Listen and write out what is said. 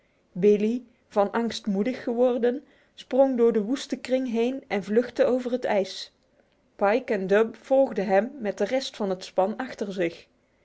billee van angst moedig geworden sprong door de woeste kring heen en vluchtte over het ijs pike en dub volgden hem met de rest van het span achter zich